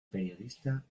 periodista